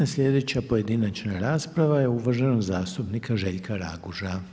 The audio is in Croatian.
Sljedeća pojedinačna rasprava je uvaženog zastupnika Željka Raguža.